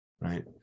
right